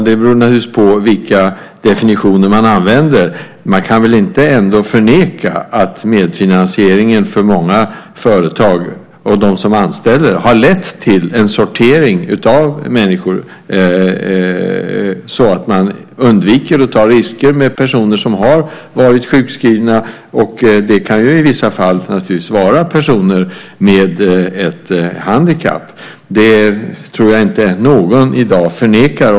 Det beror naturligtvis på vilka definitioner man använder. Man kan väl ändå inte förneka att medfinansieringen för många företag och de som anställer har lett till en sortering av människor så att man undviker att ta risker med personer som har varit sjukskrivna. Det kan i vissa fall vara personer med ett handikapp. Det tror jag inte att någon i dag förnekar.